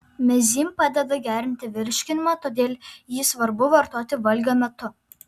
mezym padeda gerinti virškinimą todėl jį svarbu vartoti valgio metu